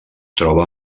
troba